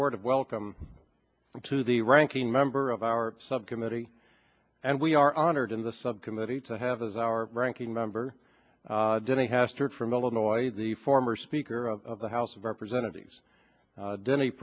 word of welcome to the ranking member of our subcommittee and we are honored in the subcommittee to have as our ranking member denny hastert from illinois the former speaker of the house of representatives denny